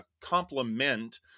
complement